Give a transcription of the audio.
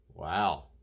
Wow